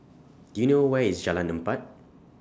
Do YOU know Where IS Jalan Empat